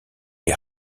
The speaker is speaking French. est